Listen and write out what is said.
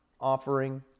offering